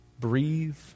breathe